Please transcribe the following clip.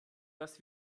dass